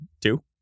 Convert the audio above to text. Two